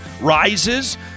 rises